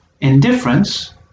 indifference